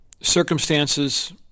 circumstances